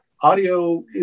audio